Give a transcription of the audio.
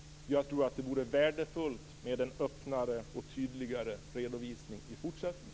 Jag tror att det vore värdefullt med en öppnare och tydligare redovisning i fortsättningen.